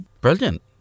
Brilliant